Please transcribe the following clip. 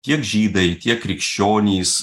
tiek žydai tiek krikščionys